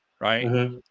right